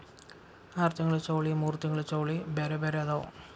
ಆರತಿಂಗ್ಳ ಚೌಳಿ ಮೂರತಿಂಗ್ಳ ಚೌಳಿ ಬ್ಯಾರೆ ಬ್ಯಾರೆ ಅದಾವ